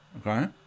Okay